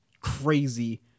crazy